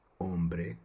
hombre